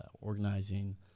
organizing